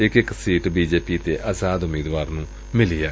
ਇਕ ਇਕ ਸੀਟ ਬੀ ਜੇ ਪੀ ਅਤੇ ਆਜ਼ਾਦ ਉਮੀਦਵਾਰ ਨੇ ਜਿੱਤੀ ਏ